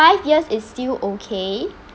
~ive years is still okay